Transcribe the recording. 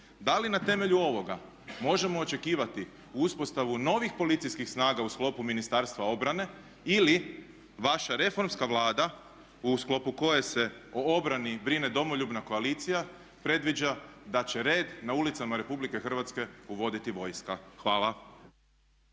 da li na temelju ovoga možemo očekivati uspostavu novih policijskih snaga u sklopu Ministarstva obrane ili vaša reformska Vlada u sklopu koje se o obrani brine Domoljubna koalicija predviđa da će red na ulicama Republike Hrvatske uvoditi vojska? Hvala.